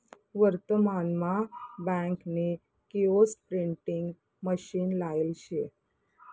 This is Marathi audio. वर्तमान मा बँक नी किओस्क प्रिंटिंग मशीन लायेल शे